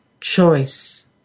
choice